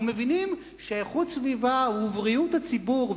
ומבינים שאיכות הסביבה ובריאות הציבור,